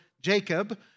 Jacob